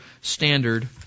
standard